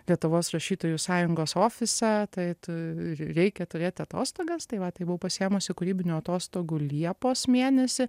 lietuvos rašytojų sąjungos ofise tai tur reikia turėti atostogas tai va tai buvau pasiėmusi kūrybinių atostogų liepos mėnesį